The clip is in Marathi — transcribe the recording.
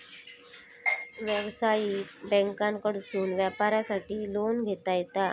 व्यवसायिक बँकांकडसून व्यापारासाठी लोन घेता येता